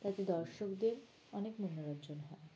তাতে দর্শকদের অনেক মনোরঞ্জন হয়